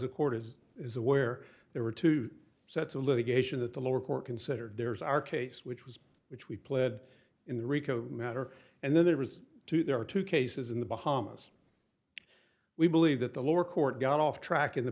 a court as is aware there were two sets of litigation at the lower court consider there's our case which was which we pled in the rico matter and then there was two there are two cases in the bahamas we believe that the lower court got off track in the